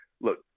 look